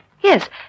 Yes